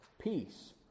peace